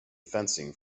fencing